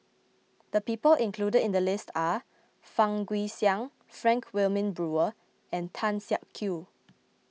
the people included in the list are Fang Guixiang Frank Wilmin Brewer and Tan Siak Kew